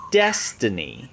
destiny